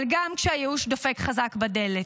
אבל גם כשהייאוש דופק חזק בדלת,